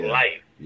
life